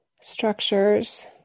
Structures